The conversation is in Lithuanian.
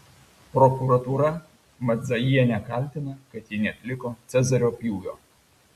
prokuratūra madzajienę kaltina kad ji neatliko cezario pjūvio